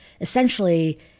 Essentially